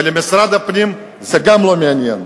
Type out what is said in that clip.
ואת משרד הפנים זה גם לא מעניין.